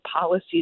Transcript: policies